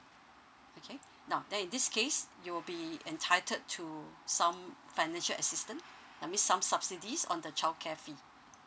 okay now then in this case you will be entitled to some financial assistant that means some subsidies on the childcare fee